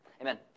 Amen